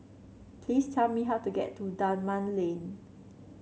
please tell me how to get to Dunman Lane